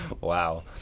Wow